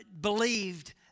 believed